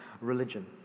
religion